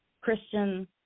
Christian